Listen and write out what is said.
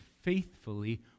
faithfully